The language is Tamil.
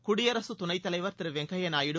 குடியரசு துணைத்தலைவர் திரு வெங்கையா நாயுடு